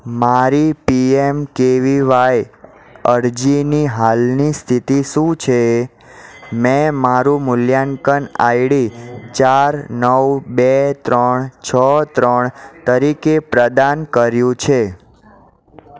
મારી P M K V Y અરજીની હાલની સ્થિતિ શું છે મેં મારું મૂલ્યાંકન આઈડી ચાર નવ બે ત્રણ છ ત્રણ તરીકે પ્રદાન કર્યું છે